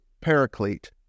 paraclete